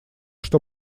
что